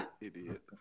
idiot